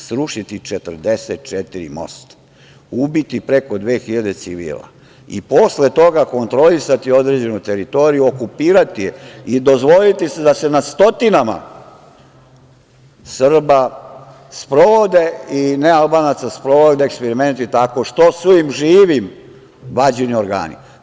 Srušiti 44 mosta, ubiti preko dve hiljade civila, i posle toga kontrolisati određenu teritoriju, okupirati je i dozvoliti da se nad stotinama Srba i nealbanaca sprovode eksperimenti tako što su im živim vađeni organi.